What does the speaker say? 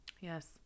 Yes